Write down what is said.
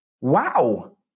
wow